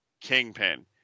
Kingpin